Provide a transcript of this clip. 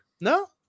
no